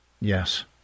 Yes